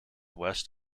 west